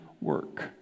work